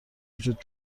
وجود